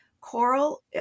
coral